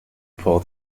pull